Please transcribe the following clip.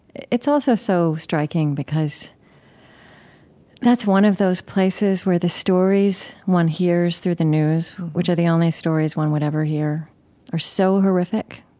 it's also so striking because that's one of those places where the stories one hears through the news which are the only stories one would ever hear are so horrific.